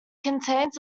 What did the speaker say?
contains